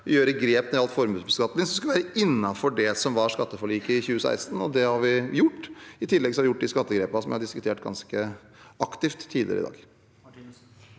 ta grep når det gjaldt formuesbeskatning, som skulle være innenfor det som var skatteforliket i 2016, og det har vi gjort. I tillegg har vi gjort de skattegrepene som er diskutert ganske aktivt tidligere i dag.